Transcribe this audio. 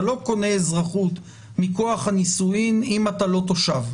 אתה לא קונה אזרחות מכוח הנישואים אם אתה לא תושב.